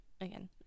again